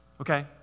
okay